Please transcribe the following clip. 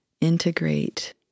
integrate